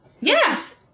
yes